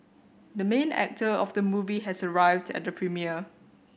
the main actor of the movie has arrived at the premiere